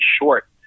short